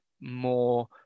more